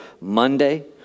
Monday